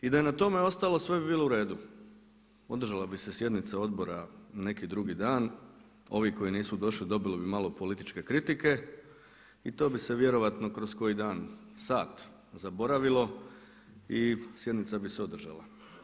I da je na tome ostalo, sve bi bilo u redu, održala bi se sjednica Odbora neki drugi dan, ovi koji nisu došli dobili bi malo političke kritike i to bi se vjerojatno kroz koji dan, sat, zaboravilo i sjednica bi se održala.